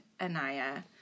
Anaya